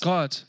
God